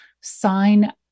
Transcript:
sign